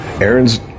Aaron's